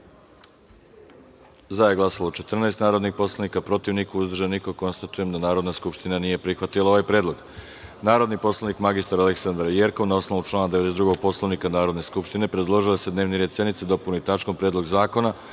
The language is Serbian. je glasalo 14 narodnih poslanika, protiv – niko, uzdržan – niko. Konstatujem da Narodna skupština nije prihvatila ovaj predlog. Narodni poslanik mr Aleksandra Jerkov, na osnovu člana 92. Poslovnika Narodne skupštine, predložila je da se dnevni red sednice dopuni tačkom – Predlog zakona